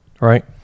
right